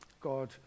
God